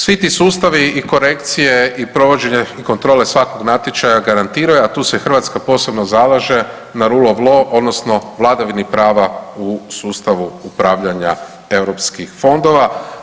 Svi ti sustavi i korekcije i provođenje i kontrole svakog natječaja garantiraju, a tu se Hrvatska posebno zalaže na rule of law, odnosno vladavini prava u sustavu upravljanja europskih fondova.